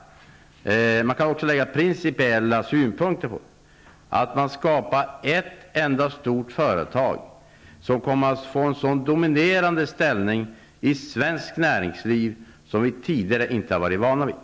Man kan också lägga principiella synpunkter på att det skapas ett enda stort företag, som kommer att få en så dominerande ställning i svenskt näringsliv, något som vi inte tidigare har varit vana vid.